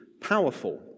powerful